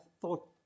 thought